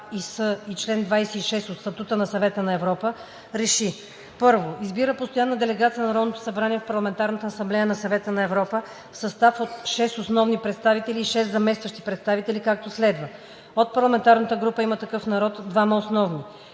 и чл. 26 от Статута на Съвета на Европа РЕШИ: 1. Избира постоянна делегация на Народното събрание в Парламентарната асамблея на Съвета на Европа в състав от 6 основни представители и 6 заместващи представители, както следва: - за парламентарната група на „Има такъв народ“ – 2 основни;